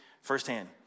firsthand